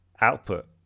output